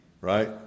Right